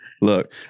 Look